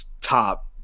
top